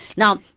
now,